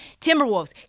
Timberwolves